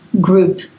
group